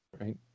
Right